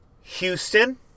Houston